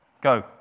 Go